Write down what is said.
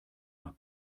nach